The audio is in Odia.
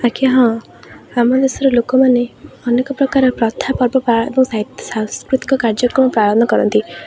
ଆଜ୍ଞା ହଁ ଆମ ଦେଶର ଲୋକମାନେ ଅନେକ ପ୍ରକାର ପ୍ରଥା ପର୍ବ ଏବଂ ସାଂସ୍କୃତିକ କାର୍ଯ୍ୟକ୍ରମ ପାଳନ କରନ୍ତି